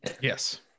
Yes